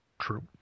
true